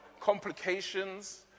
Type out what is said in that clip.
complications